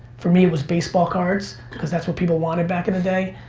for me it was baseball cards, cause that's what people wanted back in the day.